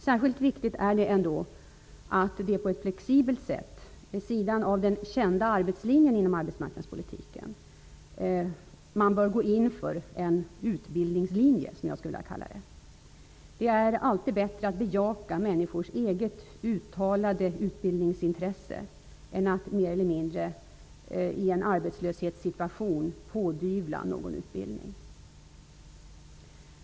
Särskilt viktigt är det ändå att man, vid sidan om den kända arbetslinjen inom arbetsmarknadspolitiken, på ett flexibelt sätt går in för det som jag skulle vilja kalla för utbildningslinjen. Det är alltid bättre att bejaka människors eget uttalade utbildningsintresse än att i en arbetslöshetssituation mer eller mindre pådyvla någon utbildning.